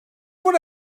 what